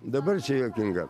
dabar čia juokinga